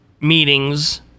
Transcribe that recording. meetings